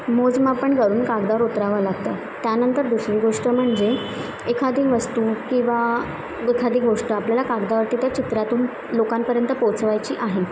मो मोजमापण घरून कागदार उतरावं लागतं त्यानंतर दुसरी गोष्ट म्हणजे एखादी वस्तू किंवा एखादी गोष्ट आपल्याला कागदावरती त्या चित्रातून लोकांपर्यंत पोचवायची आहे